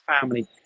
family